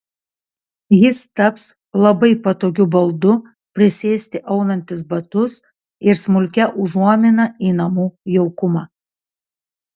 jis taps labai patogiu baldu prisėsti aunantis batus ir smulkia užuomina į namų jaukumą